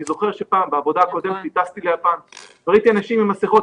אני זוכר שבעבודה הקודמת טסתי ליפן וראיתי אנשים עם מסכות,